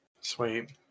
Sweet